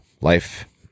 life